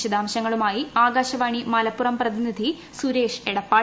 വിശദാംശങ്ങളുമായി ആകാശവാണി മലപ്പുറം പ്രതിനിധി സുരേഷ് എടപ്പാൾ